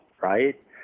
right